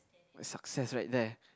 success right there